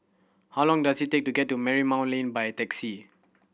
how long does it take to get to Marymount Lane by taxi